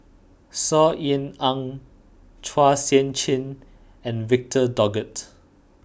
Saw Ean Ang Chua Sian Chin and Victor Doggett